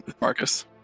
Marcus